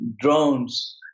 drones